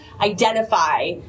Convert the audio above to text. identify